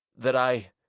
that i